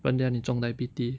不然等一下你中 diabetes